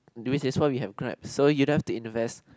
which is why we have Grab so you don't have to invest